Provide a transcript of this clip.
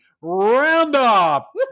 Roundup